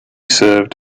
served